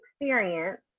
experience